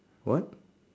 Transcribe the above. what